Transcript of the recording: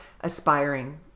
aspiring